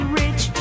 rich